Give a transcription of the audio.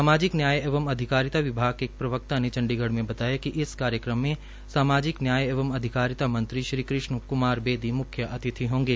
सामाजिक न्याय एवं अधिकारिता विभाग के एक प्रवक्ता ने चण्डीगढ में बताया कि इस कार्यक्रम में सामाजिक न्याय एवं अधिकारिता मंत्री श्री कृष्ण कमार बेदी मुख्य अतिथि होंगे